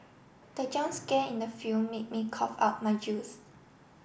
the jump scare in the film made me cough out my juice